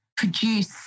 Produce